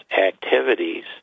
activities